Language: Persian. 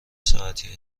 ساعتی